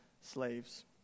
slaves